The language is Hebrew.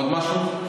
עוד משהו?